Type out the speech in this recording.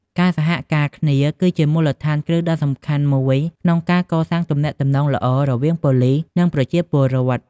ការសហការគ្នា គឺជាមូលដ្ឋានគ្រឹះដ៏សំខាន់មួយក្នុងការកសាងទំនាក់ទំនងល្អរវាងប៉ូលីស និងប្រជាពលរដ្ឋ។